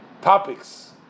topics